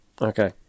Okay